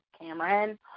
Cameron